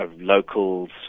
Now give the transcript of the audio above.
locals